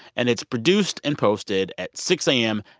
and it's produced and posted at six a m.